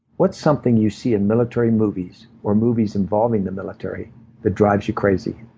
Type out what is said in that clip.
what's something you see in military movies or movies involving the military that drives you crazy?